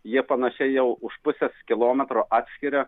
jie panašiai jau už pusės kilometro atskiria